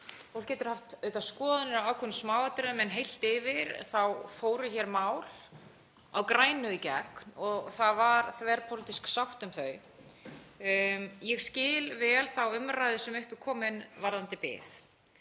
Fólk getur haft auðvitað skoðanir á ákveðnum smáatriðum en heilt yfir þá fóru hér mál á grænu í gegn og það var þverpólitísk sátt um þau. Ég skil vel þá umræðu sem upp er komin varðandi bið.